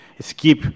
Skip